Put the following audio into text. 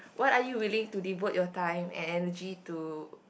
what are you willing to devote your time and energy to